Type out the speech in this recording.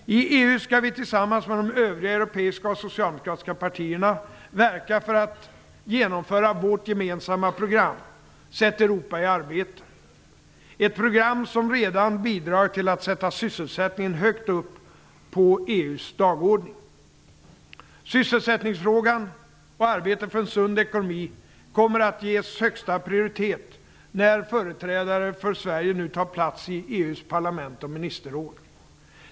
I EU skall vi tillsammans med de övriga europeiska och socialdemokratiska partierna verka för att genomföra vårt gemensamma program: Sätt Europa i arbete. Det är ett program som redan har bidragit till att sätta sysselsättningen högt upp på EU:s dagordning. Sysselsättningsfrågan och arbetet för en sund ekonomi kommer att ges högsta prioritet när företrädare för Sverige nu tar plats i EU:s parlament och ministerråd.